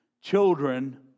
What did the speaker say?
children